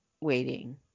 waiting